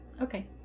Okay